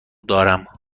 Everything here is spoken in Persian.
دارم